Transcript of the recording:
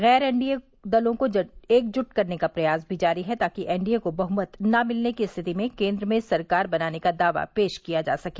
गैर एनडीए दलों को एकजुट करने का प्रयास भी जारी है ताकि एनडीए को बहुमत न मिलने की स्थिति में केन्द्र में सरकार बनाने का दावा पेश किया जा सके